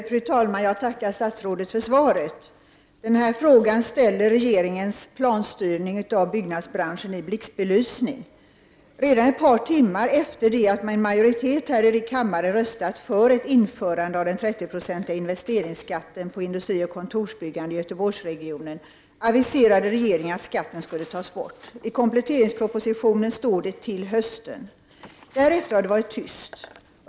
Fru talman! Jag tackar statsrådet för svaret. Den här frågan ställer regeringens planstyrning av byggnadsbranschen i blixtbelysning. Redan ett par timmar efter det att en majoritet här i kammaren röstat för ett införande av den 30-procentiga investeringsskatten på industrioch kontorsbyggande i Göteborgsregionen aviserade regeringen att skatten skulle tas bort. I kompletteringspropositionen står det ”till hösten”. Därefter har det varit tyst.